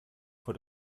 vor